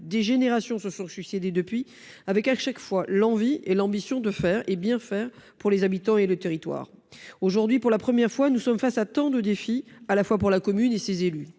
des générations qui se sont succédé depuis lors a eu l'envie et l'ambition de faire, et bien faire, pour les habitants et le territoire. Or aujourd'hui, pour la première fois, nous faisons face à tant de défis pour la commune et ses élus